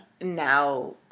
now